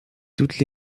toute